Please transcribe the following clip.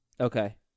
Okay